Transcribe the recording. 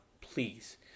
Please